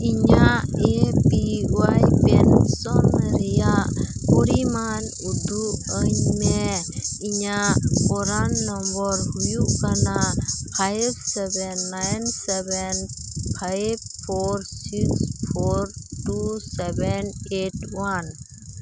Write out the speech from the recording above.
ᱤᱧᱟᱹᱜ A P Y pension ᱨᱮᱭᱟᱜ ᱯᱚᱨᱤᱢᱟᱱ ᱩᱫᱩᱜ ᱟᱹᱧᱢᱮ ᱤᱧᱟᱹᱜ ᱯᱚᱨᱟᱱ ᱱᱚᱢᱵᱚᱨ ᱦᱩᱭᱩᱜ ᱠᱟᱱᱟ five seven nine seven five four six four two seven eight one